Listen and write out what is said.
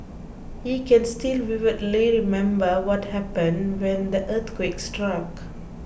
he can still vividly remember what happened when the earthquake struck